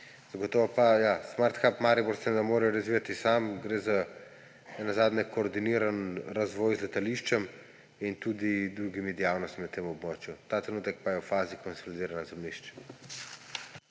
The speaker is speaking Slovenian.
Zagotovo pa: ja, Smart Hub Maribor se ne more razvijati sam. Gre nenazadnje za koordiniran razvoj z letališčem in tudi drugimi dejavnostmi na tem območju. Ta trenutek pa je v fazi konsolidiranja zemljišč.